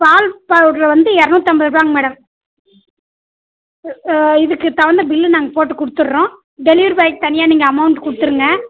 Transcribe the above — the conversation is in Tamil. பால் பவுடர் வந்து இரநூத்தம்பது ரூபாங்க மேடம் இதுக்கு தகுந்த பில்லு நாங்கள் போட்டு கொடுத்துட்றோம் டெலிவரி பாய்க்கு தனியாக நீங்கள் அமௌண்ட்டு கொடுத்துருங்க